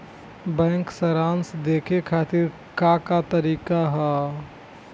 Bank सराश देखे खातिर का का तरीका बा?